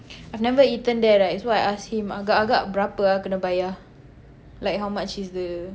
I've never eaten there right so I ask him agak agak berapa ah kena bayar like how much is the